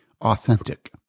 authentic